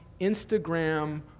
Instagram